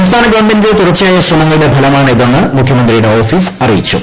സംസ്ഥാന ഗവണ്മെന്റിന്റെ തുടർച്ചയായ ശ്രമങ്ങളുടെ ഫലമാണിതെന്ന് മുഖ്യമന്ത്രിയ്കുടെ ഓഫീസ് അറിയിച്ചു